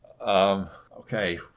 Okay